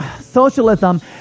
socialism